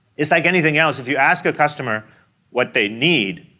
it's like anything else. if you ask a customer what they need,